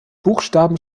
buchstaben